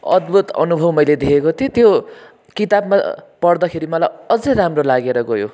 अद्भुत अनुभव मैले देखेको थिएँ त्यो किताबमा पढ्दाखेरि मलाई अझै राम्रो लागेर गयो